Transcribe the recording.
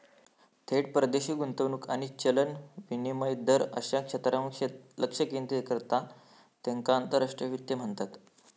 थेट परदेशी गुंतवणूक आणि चलन विनिमय दर अश्या क्षेत्रांवर लक्ष केंद्रित करता त्येका आंतरराष्ट्रीय वित्त म्हणतत